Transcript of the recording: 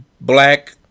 black